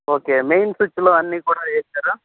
okay main స్విచ్లో అన్నీ కూడా వేసారా